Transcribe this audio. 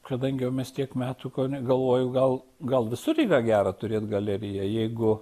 kadangi jau mes tiek metų kaune galvoju gal gal visur yra gera turėt galeriją jeigu